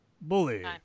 Bully